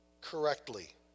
correctly